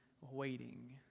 waiting